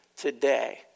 today